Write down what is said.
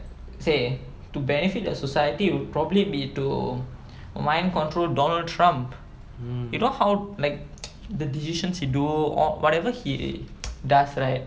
say to benefit the society would probably be to mind control donald trump you know how like the decisions he do or whatever he does right